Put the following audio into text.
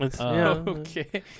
Okay